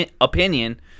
opinion